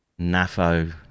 nafo